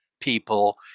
people